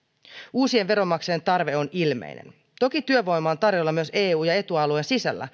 uusien veronmaksajien tarve on ilmeinen toki työvoimaa on tarjolla myös eu ja eta alueen sisällä